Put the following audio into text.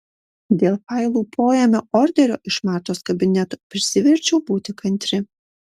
dėl failų poėmio orderio iš martos kabineto prisiverčiau būti kantri